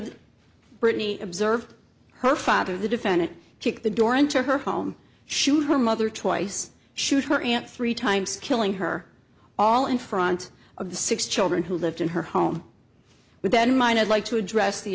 the brittany observed her father the defendant kick the door into her home shoot her mother twice shoot her aunt three times killing her all in front of the six children who lived in her home with that in mind i'd like to address the